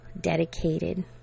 dedicated